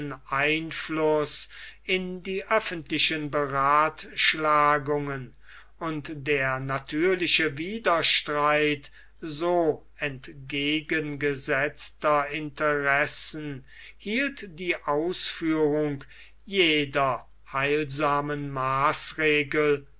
einfluß in die öffentlichen berathschlagungen und der natürliche widerstreit so entgegengesetzter interessen hielt die ausführung jeder heilsamen maßregel